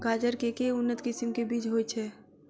गाजर केँ के उन्नत किसिम केँ बीज होइ छैय?